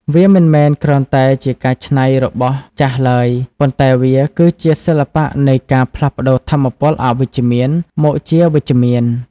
វាមិនមែនគ្រាន់តែជាការកែច្នៃរបស់ចាស់ឡើយ ប៉ុន្តែវាគឺជាសិល្បៈនៃការផ្លាស់ប្តូរថាមពលអវិជ្ជមានមកជាវិជ្ជមាន។